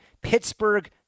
Pittsburgh